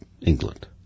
England